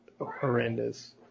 horrendous